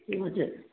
हजुर